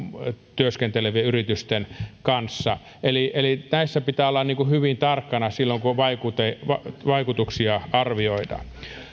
työskentelevien yritysten kanssa eli eli näissä pitää olla hyvin tarkkana silloin kun vaikutuksia arvioidaan